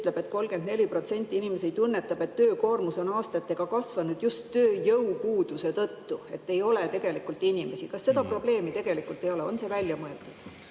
et 34% inimesi tunnetab, et töökoormus on aastatega kasvanud just tööjõupuuduse tõttu. Ei ole tegelikult inimesi. Kas seda probleemi tegelikult ei ole? On see välja mõeldud?